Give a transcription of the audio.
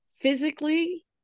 physically